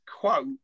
quote